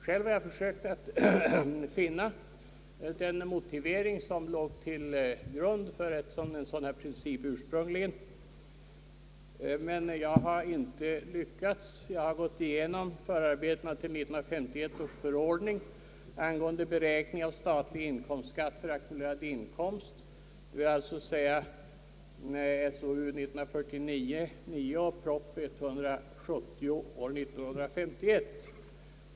Själv har jag försökt att finna den motivering som ursprungligen låg till grund för denna princip, men jag har inte lyckats — jag har gått igenom förarbetena till 1951 års förordning angående beräkning av statlig inkomstskatt för ackumulerad inkomst, det vill säga 1949 års proposition och propositionen nr 170 år 1951.